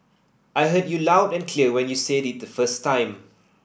I heard you loud and clear when you said it the first time